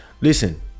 listen